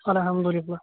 الحَمدُالَلّہ